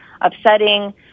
upsetting